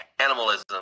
animalism